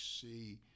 see